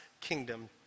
kingdom